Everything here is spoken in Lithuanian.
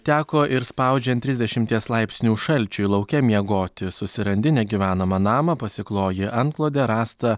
teko ir spaudžiant trisdešimties laipsnių šalčiui lauke miegoti susirandi negyvenamą namą pasikloji antklodę rastą